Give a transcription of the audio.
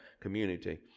community